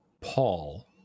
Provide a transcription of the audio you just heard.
Paul